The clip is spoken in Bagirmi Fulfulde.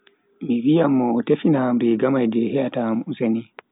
Mi viyan mo o tefina am riga mai je he'ata am useni.